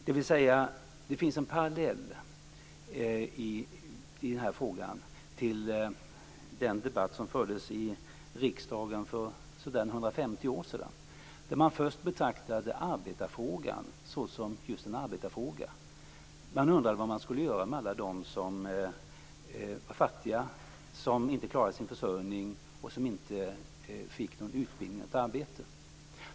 Det finns i den här frågan en parallell till den debatt som fördes i riksdagen för ca 150 år sedan. Man betraktade först arbetarfrågan enbart som en arbetarfråga. Man undrade vad man skulle göra med alla dem som var fattiga, som inte klarade sin försörjning och inte fick utbildning och arbete.